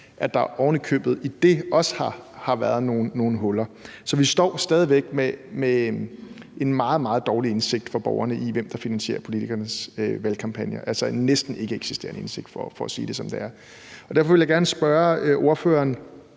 at der oven i købet i det også har været nogle huller. Så vi står stadig væk med en meget, meget dårlig indsigt for borgerne i, hvem der finansierer politikernes valgkampagner – altså en næsten ikkeeksisterende indsigt for at sige det, som det er. Derfor vil jeg gerne spørge ordføreren